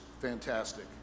fantastic